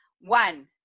one